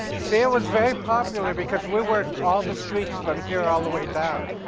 see, it was very popular because we worked all the streets from here all the way down